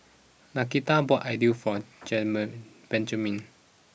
Nakita bought Idili for Germen Benjaman